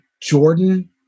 Jordan